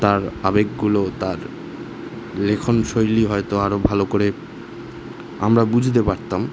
তার আবেগগুলো তার লেখনশৈলী যদি হয়তো আরো ভালো করে আমরা বুঝতে পারতাম